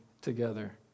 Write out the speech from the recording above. together